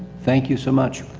thank you so much.